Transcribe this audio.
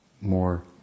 more